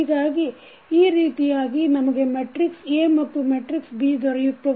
ಹೀಗಾಗಿ ಈ ರೀತಿಯಾಗಿ ನಮಗೆ ಮೆಟ್ರಿಕ್ಸ A ಮತ್ತು ಮೆಟ್ರಿಕ್ಸ B ದೊರೆಯುತ್ತದೆ